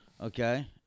Okay